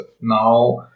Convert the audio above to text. Now